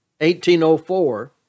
1804